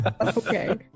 Okay